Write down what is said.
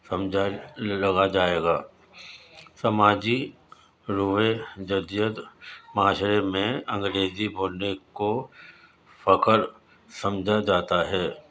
سمجھا لگا جائے گا سماجی رویے جدید معاشرے میں انگریزی بولنے کو فخر سمجھا جاتا ہے